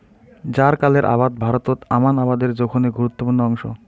জ্বারকালের আবাদ ভারতত আমান আবাদের জোখনের গুরুত্বপূর্ণ অংশ